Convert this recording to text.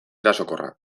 erasokorra